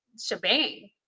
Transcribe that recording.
shebang